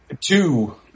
Two